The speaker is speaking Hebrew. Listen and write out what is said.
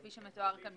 כפי שמתואר כאן,